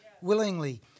Willingly